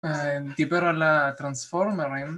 דיבר על הטרנספורמרים